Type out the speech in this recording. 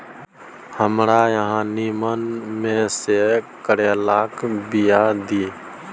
हमरा अहाँ नीमन में से करैलाक बीया दिय?